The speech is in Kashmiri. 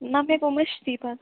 نہَ مےٚ گوٚو مٔشتھٕے پَتہٕ